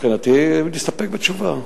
מבחינתי, להסתפק בתשובה.